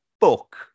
book